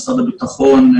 משרד הביטחון,